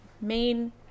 main